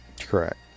Correct